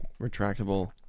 retractable